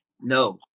No